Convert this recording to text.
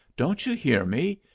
don't you hear me?